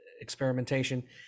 experimentation